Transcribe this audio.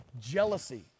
jealousy